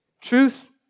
Truth